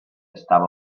estava